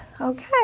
Okay